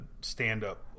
stand-up